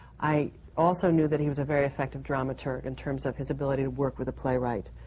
i also knew that he was a very effective dramaturg, in terms of his ability to work with a playwright.